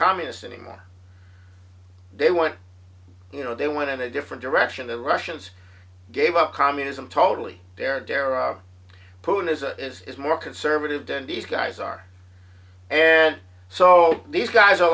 communists anymore they want you know they went in a different direction the russians gave up communism totally their terror putin is a is more conservative than these guys are and so these guys are